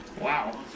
Wow